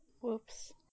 Whoops